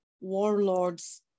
warlords